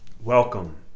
Welcome